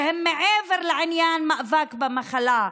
שהן מעבר לעניין המאבק במחלה,